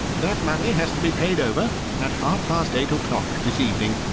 that money has to be paid over at half-past eight o'clock this evening,